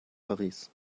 paris